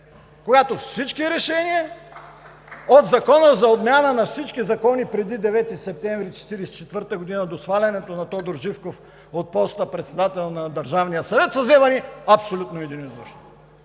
когато всички решения – от Закона за отмяна на всички закони преди 9 септември 1944 г. до свалянето на Тодор Живков от поста председател на Държавния съвет, са вземани абсолютно единодушно.